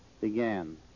began